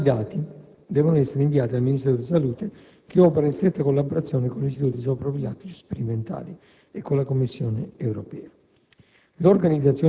Tali dati devono essere inviati al Ministero della salute che opera in stretta collaborazione con gli istituti zooprofilattici sperimentali e con la Commissione europea.